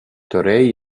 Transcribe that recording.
torej